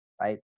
right